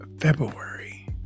February